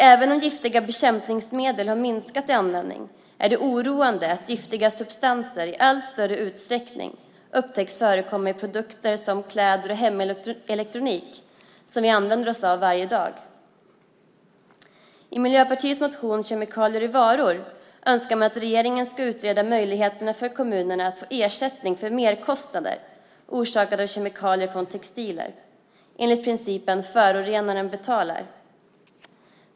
Även om giftiga bekämpningsmedel har minskat i användning är det oroande att giftiga substanser i allt större utsträckning upptäcks förekomma i produkter som kläder och hemelektronik, som vi använder oss av varje dag. I Miljöpartiets motion Kemikalier i varor önskar man att regeringen ska utreda möjligheterna för kommunerna att få ersättning för merkostnader orsakade av kemikalier från textiler enligt principen förorenaren betalar.